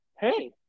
hey